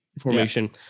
formation